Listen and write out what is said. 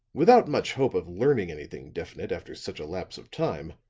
without much hope of learning anything definite after such a lapse of time,